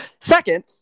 Second